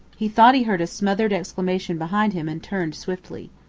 he thought he heard a smothered exclamation behind him and turned swiftly.